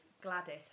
Gladys